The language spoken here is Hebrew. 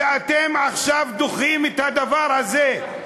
כשאתם עכשיו דוחים את הדבר הזה,